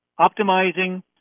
optimizing